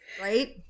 right